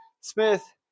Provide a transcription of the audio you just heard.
Smith